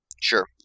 Sure